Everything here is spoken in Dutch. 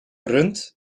rund